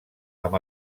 amb